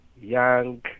young